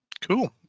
cool